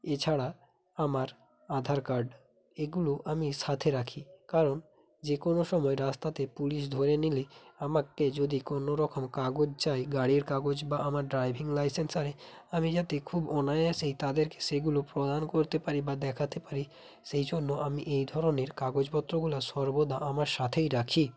এছাড়া আমার আধার কার্ড এগুলো আমি সাথে রাখি কারণ যেকোনো সময় রাস্তাতে পুলিশ ধরে নিলে আমাকে যদি কোনোরকম কাগজ চায় গাড়ির কাগজ বা আমার ড্রাইভিং লাইসেন্স আরে আমি যাতে খুব অনায়াসেই তাদেরকে সেগুলো প্রদান করতে পারি বা দেখাতে পারি সেই জন্য আমি এই ধরনের কাগজপত্রগুলো সর্বদা আমার সাথেই রাখি